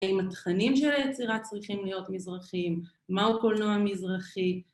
אם התכנים של היצירה צריכים להיות מזרחיים, מהו קולנוע מזרחי.